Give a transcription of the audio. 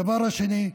הדבר השני,